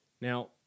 Now